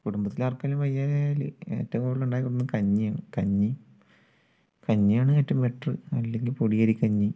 കുടുംബത്തിലാർക്കെങ്കിലും വയ്യായ്കയായാൽ ഏറ്റവും കൂടുതൽ ഉണ്ടാക്കിക്കൊടുക്കുന്നത് കഞ്ഞിയാണ് കഞ്ഞി കഞ്ഞിയാണ് ഏറ്റവും ബെറ്ററ് അല്ലെങ്കിൽ പൊടിയരിക്കഞ്ഞി